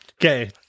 okay